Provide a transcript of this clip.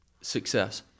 success